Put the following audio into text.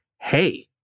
hey